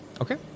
Okay